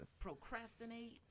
procrastinate